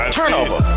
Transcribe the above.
turnover